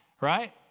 right